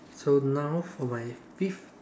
so now for my fifth